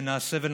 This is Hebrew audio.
שנעשה ונצליח.